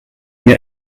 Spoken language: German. mir